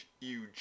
huge